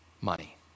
money